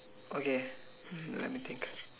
okay um let me think